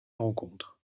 rencontre